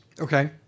Okay